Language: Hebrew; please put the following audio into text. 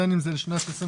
בין אם זה לשנת 2022,